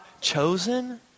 chosen